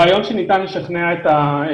הערה שלישית הרעיון שניתן לשכנע את הציבור